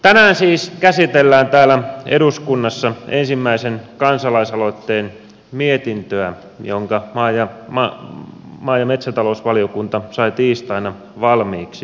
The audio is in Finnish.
tänään siis käsitellään täällä eduskunnassa ensimmäisen kansalaisaloitteen mietintöä jonka maa ja metsätalousvaliokunta sai tiistaina valmiiksi